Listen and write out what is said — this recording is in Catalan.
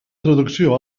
traducció